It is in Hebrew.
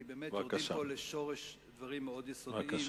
כי באמת יורדים פה לשורש דברים מאוד יסודיים.